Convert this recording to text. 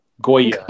Goya